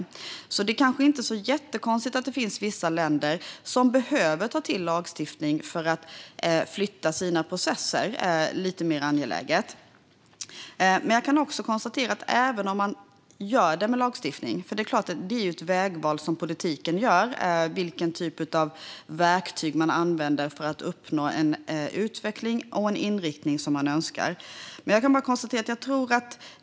Det är alltså kanske inte så jättekonstigt att det finns vissa länder som behöver ta till lagstiftning för att flytta sina processer och där det är lite mer angeläget. Vilken typ av verktyg man använder för att uppnå en utveckling och en inriktning som man önskar är ju ett vägval som politiken gör.